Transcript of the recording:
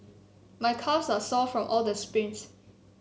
my calves are sore from all the sprints